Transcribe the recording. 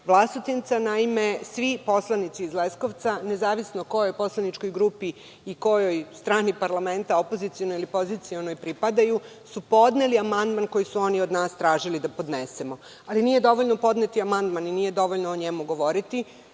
Vlasotinca, a to je da svi poslanici iz Leskovca, nezavisno kojoj poslaničkoj grupi i kojoj strani parlamenta, opozicionoj ili pozicionoj, pripadaju, su podneli amandman koji su oni od nas tražili da podnesemo. Ali, nije dovoljno podneti amandman i nije dovoljno o njemu govoriti,